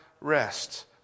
rest